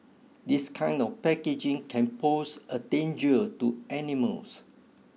this kind of packaging can pose a danger to animals